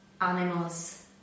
animals